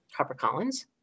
HarperCollins